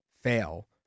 fail